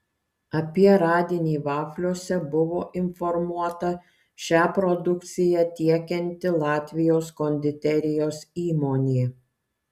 apie radinį vafliuose buvo informuota šią produkciją tiekianti latvijos konditerijos įmonė